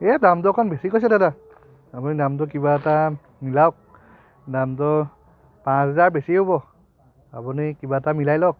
এই দামটো অকণ বেছি কৈছে দাদা আপুনি দামটো কিবা এটা মিলাওক দামটো পাঁচ হাজাৰ বেছি হ'ব আপুনি কিবা এটা মিলাই লওক